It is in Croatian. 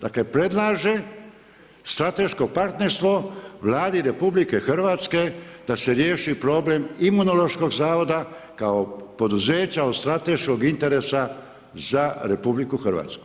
Dakle, predlaže strateško partnerstvo Vladi RH da se riješi problem Imunološkog zavoda kao poduzeća od strateškog interesa za RH.